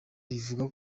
rivuga